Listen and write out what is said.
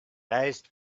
raised